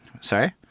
sorry